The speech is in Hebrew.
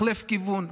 החלף כיוון.